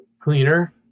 Cleaner